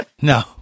No